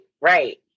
Right